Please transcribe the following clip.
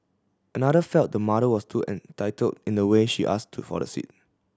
another felt the mother was too entitled in the way she ask to for the seat